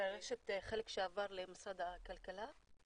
זה חלק שעבר למשרד הכלכלה?